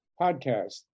podcast